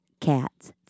Cats